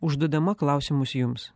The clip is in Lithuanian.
užduodama klausimus jums